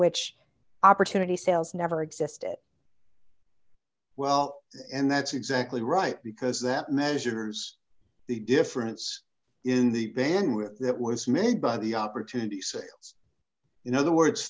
which opportunity sales never existed well and that's exactly right because that measures the difference in the ban with that was made by the opportunity sales in other words